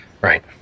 Right